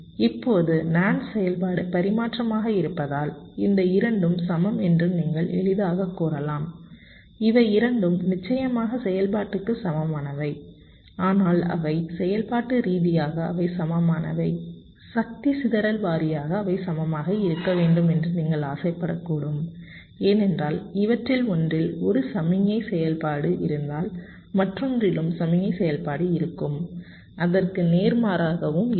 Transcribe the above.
இப்போது NAND செயல்பாடு பரிமாற்றமாக இருப்பதால் இந்த இரண்டும் சமம் என்று நீங்கள் எளிதாகக் கூறலாம் இவை இரண்டும் நிச்சயமாக செயல்பாட்டுக்கு சமமானவை ஆனால் அவை செயல்பாட்டு ரீதியாக அவை சமமானவை சக்தி சிதறல் வாரியாக அவை சமமாக இருக்க வேண்டும் என்று நீங்கள் ஆசைப்படக்கூடும் ஏனென்றால் இவற்றில் ஒன்றில் ஒரு சமிக்ஞை செயல்பாடு இருந்தால் மற்றொன்றிலும் சமிக்ஞை செயல்பாடு இருக்கும் அதற்கு நேர்மாறாகவும் இருக்கும்